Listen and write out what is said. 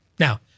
Now